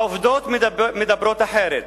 העובדות מדברות אחרת.